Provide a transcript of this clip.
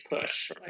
push